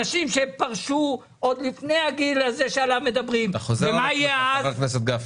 נשים שפרשו עוד לפני הגיל הזה שעליו מדברים ומה יהיה אז?